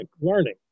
learning